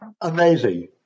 amazing